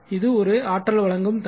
இது ஒரு ஆற்றல் வழங்கும் தண்டு